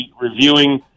reviewing